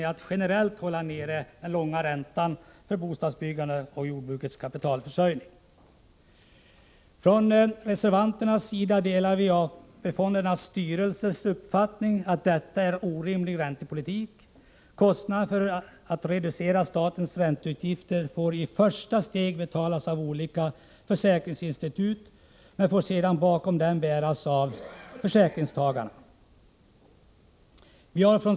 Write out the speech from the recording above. Den skulle generellt hålla nere den långa räntan för bostadsbyggande och jordbrukets kapitalförsörjning. Reservanterna delar AP-fondsstyrelsernas uppfattning att detta är en orimlig räntepolitik. Kostnaderna för att reducera statens ränteutgifter får i det första steget betalas av olika försäkringsinstitut, men kostnaderna får sedan i sista hand bäras av försäkringstagarna.